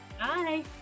bye